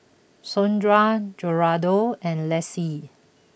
Sondra Geraldo and Lacey